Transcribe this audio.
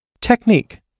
Technique